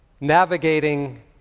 navigating